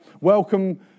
Welcome